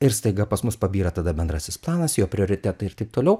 ir staiga pas mus pabyra tada bendrasis planas jo prioritetai ir taip toliau